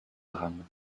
drame